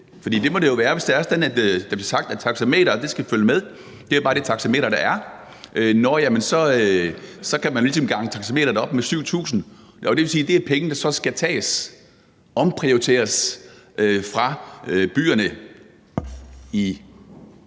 må det jo være, hvis det er sådan, at taxameteret, som det blev sagt, skal følge med. Det er bare det taxameter, der er, og så kan man jo ligesom gange taxameteret op med 7.000, og det vil sige, at det er penge, der så skal tages, omprioriteres, fra byerne i